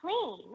clean